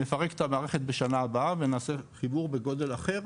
נפרק את המערכת בשנה הבאה ונעשה חיבור בגודל אחר